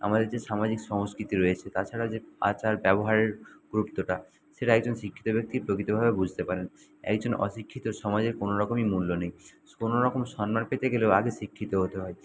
আমাদের যে সামাজিক সংস্কিতি রয়েছে তাছাড়াও যে আচার ব্যবহারের গুরুত্বটা সেটা একজন শিক্ষিত ব্যক্তিই প্রকৃতভাবে বুঝতে পারেন একজন অশিক্ষিতর সমাজে কোনও রকমই মূল্য নেই কোনও রকম সন্মান পেতে গেলেও আগে শিক্ষিত হতে হয়